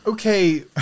okay